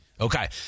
Okay